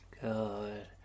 Good